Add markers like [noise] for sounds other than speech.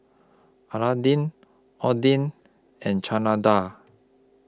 [unintelligible] Oden and Chana Dal